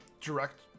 direct